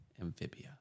amphibia